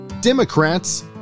Democrats